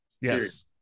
Yes